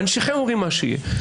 אנשיכם אומרים מה שיהיה.